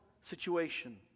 situation